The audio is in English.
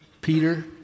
Peter